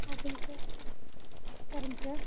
ஓகேங்க சார் சரிங்க சார்